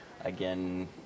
again